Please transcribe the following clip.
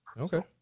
Okay